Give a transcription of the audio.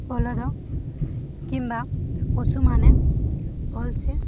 ବଳଦ କିମ୍ବା ପଶୁମାନେ ଭଲସେ